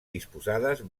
disposades